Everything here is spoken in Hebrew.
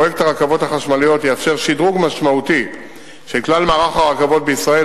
פרויקט הרכבות החשמליות יאפשר שדרוג משמעותי של כלל מערך הרכבות בישראל,